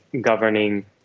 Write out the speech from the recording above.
governing